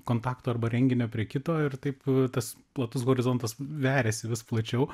kontakto arba renginio prie kito ir taip tas platus horizontas veriasi vis plačiau